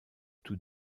tout